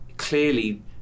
clearly